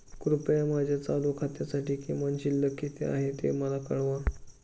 कृपया माझ्या चालू खात्यासाठी किमान शिल्लक किती आहे ते मला कळवा